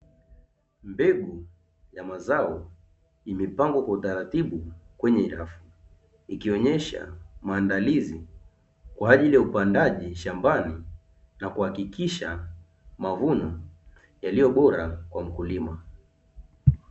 Mbegu ya mazao imepanwga kwa utaratibu kwenye rafu, ikionyesha maandalizi kwa ajili ya upandaji shambani na kuhakikisha mavuno yaliyo bora kwa mkulima.